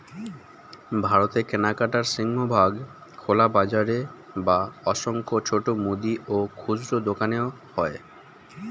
ভারতে কেনাকাটার সিংহভাগ খোলা বাজারে বা অসংখ্য ছোট মুদি ও খুচরো দোকানে হয়